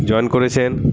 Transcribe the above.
join করেছেন